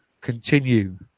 continue